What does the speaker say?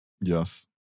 Yes